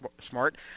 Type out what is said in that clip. Smart